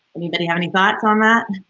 anybody have any thoughts on that?